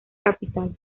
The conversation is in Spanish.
capital